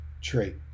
trait